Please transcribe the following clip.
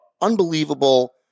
unbelievable